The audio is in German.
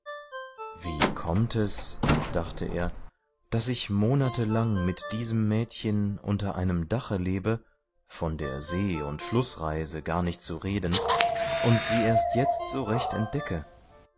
wie kommt es dachte er daß ich monatelang mit diesem mädchen unter einem dache lebe von der see und flußreise gar nicht zu reden und sie erst jetzt so recht entdecke